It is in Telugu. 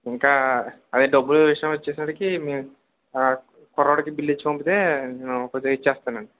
ఇంకా అదే డబ్బుల విషయం వచ్చేసరికి మీ కుర్రాడికి బిల్ ఇచ్చి పంపితే నేను కొద్దిగా ఇస్తాను అండి